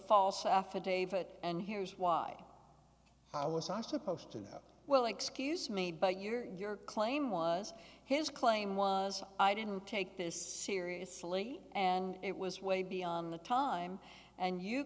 false affidavit and here's why i was i supposed to know well excuse me but your claim was his claim was i didn't take this seriously and it was way beyond the time and you